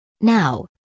Now